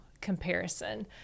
comparison